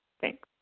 thanks